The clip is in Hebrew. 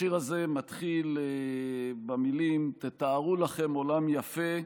השיר הזה מתחיל במילים: "תתארו לכם עולם יפה,